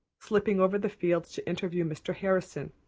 slipping over the fields to interview mr. harrison,